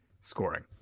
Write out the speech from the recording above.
scoring